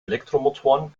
elektromotoren